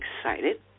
excited